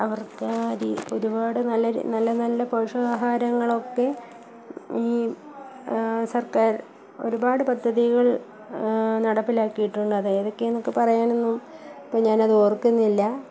അവർക്ക് രി ഒരുപാട് നല്ലൊരു നല്ല നല്ല പോഷകാഹാരങ്ങളൊക്കെ ഈ സർക്കാർ ഒരുപാട് പദ്ധതികൾ നടപ്പിലാക്കിയിട്ടുണ്ട് അത് ഏതൊക്കെയാന്ന് ഒക്കെ പറയാനൊന്നും ഇപ്പം ഞാനത് ഓർക്കുന്നില്ല